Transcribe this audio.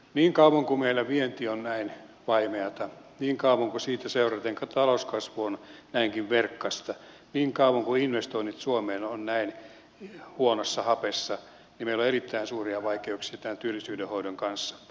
niin kauan kuin meillä vienti on näin vaimeata niin kauan kuin siitä seuraten talouskasvu on näinkin verkkaista niin kauan kuin investoinnit suomeen ovat näin huonossa hapessa meillä on erittäin suuria vaikeuksia tämän työllisyyden hoidon kanssa